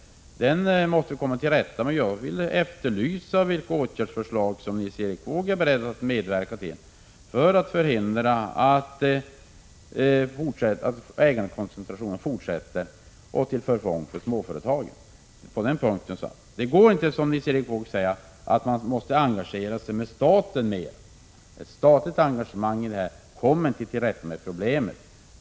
Jag vill efterlysa sådana åtgärdsförslag som Nils Erik Wååg är beredd att medverka till för att förhindra att ägarkoncentrationen fortsätter till förfång för småföretagen. Det går inte, som Nils Erik Wååg säger att engagera staten mera. Med ett statligt engagemang kommer man inte till rätta med dessa problem.